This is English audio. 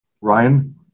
Ryan